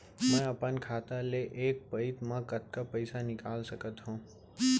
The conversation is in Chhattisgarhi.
मैं अपन खाता ले एक पइत मा कतका पइसा निकाल सकत हव?